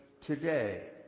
today